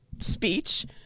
speech